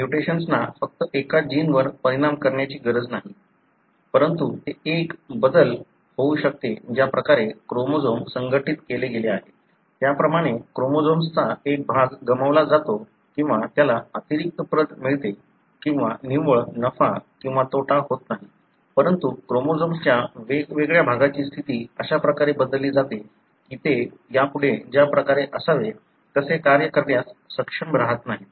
म्युटेशन्सना फक्त एका जिनवर परिणाम करण्याची गरज नाही परंतु ते एक एकूण बदल होऊ शकते ज्या प्रकारे क्रोमोझोम संघटित केले गेले आहे त्याप्रमाणे क्रोमोझोम्सचा एक भाग गमावला जातो किंवा त्याला अतिरिक्त प्रत मिळते किंवा निव्वळ नफा किंवा तोटा होत नाही परंतु क्रोमोझोम्सच्या वेगवेगळ्या भागाची स्थिती अशा प्रकारे बदलली जाते की ते यापुढे ज्या प्रकारे असावे तसे कार्य करण्यास सक्षम राहत नाहीत